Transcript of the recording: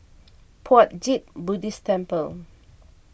Puat Jit Buddhist Temple